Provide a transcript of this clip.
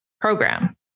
program